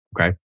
okay